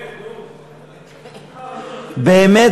באמת, נו.